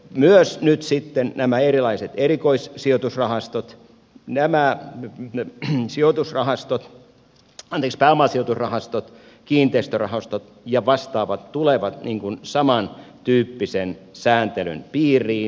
myös nyt sitten nämä erilaiset erikoiset sijoitusrahastot jännää ja sijoitusrahastot erikoissijoitusrahastot nämä pääomasijoitusrahastot kiinteistörahastot ja vastaavat tulevat samantyyppisen sääntelyn piiriin